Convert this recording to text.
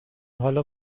حالا